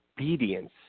obedience